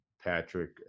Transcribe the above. Patrick